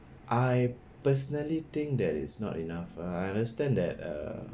I personally think that is not enough I understand that err